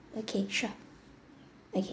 okay sure okay